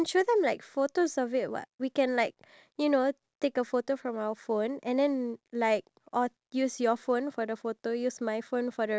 so I thought maybe we could do that type of video and then we can include the photo of it and then we will like explain to them